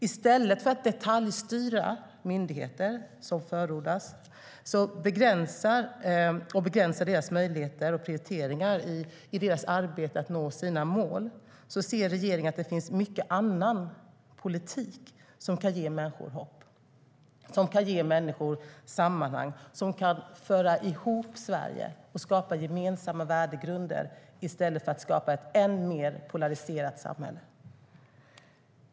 I stället för att detaljstyra myndigheter, vilket förordas, och begränsa deras möjligheter och prioriteringar i arbetet med att nå sina mål ser regeringen att det finns mycket annan politik som kan ge människor hopp. Det handlar om politik som kan ge människor sammanhang, som kan föra ihop Sverige och skapa gemensamma värdegrunder i stället för att skapa ett än mer polariserat samhälle.